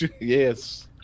yes